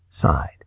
side